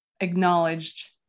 acknowledged